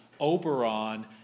Oberon